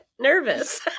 nervous